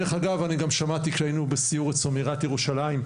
ודרך אגב אני גם שמעתי שהיינו בסיור אצלו מעיריית ירושלים,